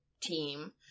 team